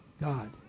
God